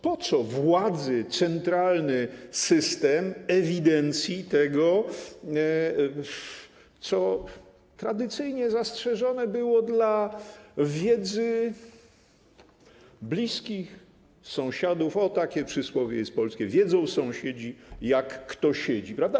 Po co władzy centralny system ewidencji tego, co tradycyjnie zastrzeżone było dla wiedzy bliskich, sąsiadów - o, jest takie polskie przysłowie: wiedzą sąsiedzi, jak kto siedzi, prawda?